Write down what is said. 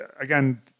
again